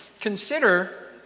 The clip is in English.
consider